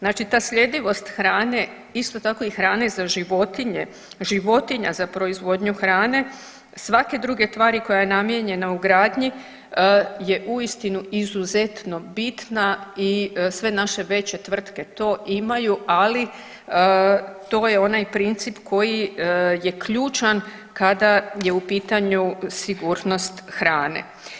Znači ta sljedivost hrane, isto tako i hrane za životinje, životinja za proizvodnju hrane svake druge tvari koja je namijenjena ugradnji je uistinu izuzetno bitna i sve naše veće tvrtke to imaju, ali to je onaj princip koji je ključan kada je u pitanju sigurnost hrane.